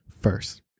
first